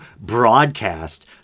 broadcast